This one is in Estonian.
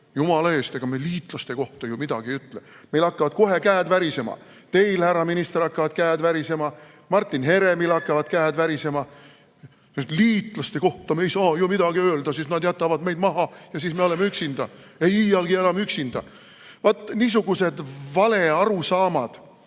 Jumala eest, ega me liitlaste kohta ju midagi ei ütle, meil hakkavad kohe käed värisema! Teil, härra minister, hakkavad käed värisema, Martin Heremil hakkavad käed värisema! Liitlaste kohta me ei saa ju midagi öelda, siis nad jätavad meid maha ja siis me oleme üksinda, aga ei iialgi enam üksinda! Vaat niisugused valearusaamad